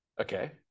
Okay